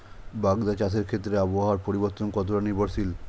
বাগদা চাষের ক্ষেত্রে আবহাওয়ার পরিবর্তন কতটা নির্ভরশীল?